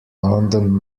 london